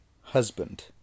husband